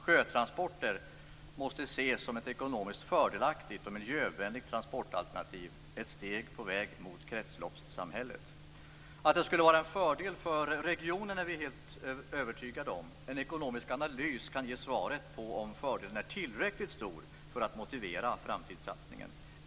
Sjötransporter måste ses som ett ekonomiskt fördelaktigt och miljövänligt transportalternativ - ett steg på vägen mot kretsloppssamhället. Att det skulle vara en fördel för regionen är vi helt övertygade om. En ekonomisk analys kan ge svaret på om fördelen är tillräckligt stor för att motivera framtidssatsningen.